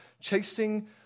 chasing